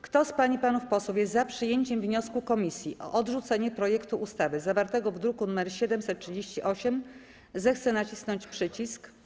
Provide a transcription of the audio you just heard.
Kto z pań i panów posłów jest za przyjęciem wniosku komisji o odrzucenie projektu ustawy zawartego w druku nr 738, zechce nacisnąć przycisk.